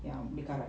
ya boleh karat